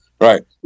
Right